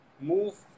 move